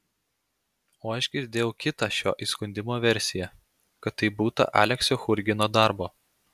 o aš girdėjau kitą šio įskundimo versiją kad tai būta aleksio churgino darbo